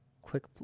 quick